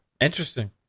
interesting